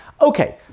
Okay